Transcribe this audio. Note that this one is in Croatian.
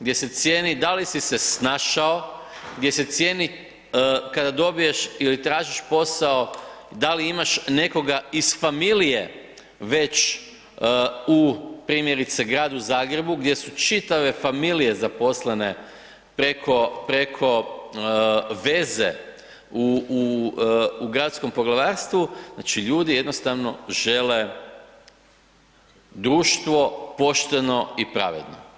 gdje se cijeni da li si se snašao, gdje se cijeni kada dobiješ ili tražiš posao da li imaš nekoga iz familije već u primjerice gradu Zagrebu gdje su čitave familije zaposlene preko veze u Gradskom poglavarstvu, znači ljudi jednostavno žele društvo pošteno i pravedno.